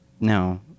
no